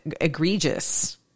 egregious